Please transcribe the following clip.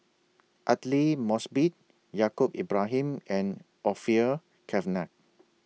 Aidli Mosbit Yaacob Ibrahim and Orfeur Cavenagh